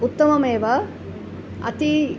उत्तममेव अतीव